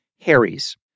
Harry's